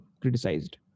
criticized